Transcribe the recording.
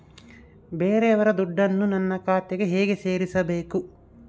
ಬೇರೆಯವರ ದುಡ್ಡನ್ನು ನನ್ನ ಖಾತೆಗೆ ಹೇಗೆ ಸೇರಿಸಬೇಕು?